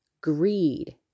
Greed